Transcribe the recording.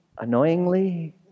annoyingly